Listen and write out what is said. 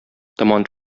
томан